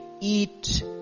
eat